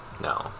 No